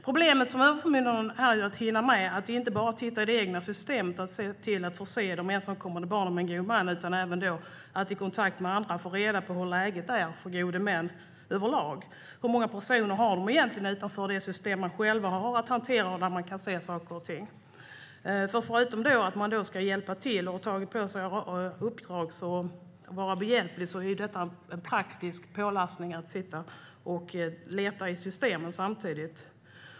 Problemet för överförmyndaren är att hinna med att titta inte bara i det egna systemet och förse de ensamkommande barnen med en god man utan även att i kontakt med andra få reda på hur läget är för gode män överlag. Hur många personer har de egentligen utanför det system man själv har att hantera och där man kan se saker och ting? Förutom att man tagit på sig uppdraget och ska vara behjälplig är det ju en praktisk belastning att sitta och leta i systemen samtidigt.